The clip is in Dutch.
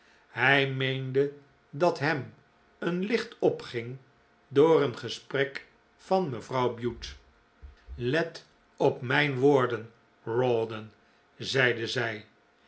hij meende dat hem een licht opging door een gesprek van mevrouw bute let op mijn woorden rawdon zeide zij